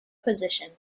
position